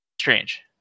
strange